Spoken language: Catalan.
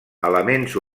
elements